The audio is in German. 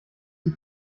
die